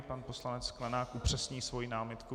Pan poslanec Sklenák upřesní svoji námitku.